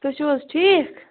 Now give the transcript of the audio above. تُہۍ چھِو حظ ٹھیٖک